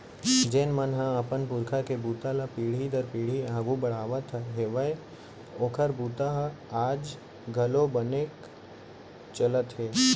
जेन मन ह अपन पूरखा के बूता ल पीढ़ी दर पीढ़ी आघू बड़हात हेवय ओखर बूता ह आज घलोक बने चलत हे